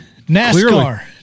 NASCAR